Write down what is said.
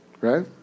Right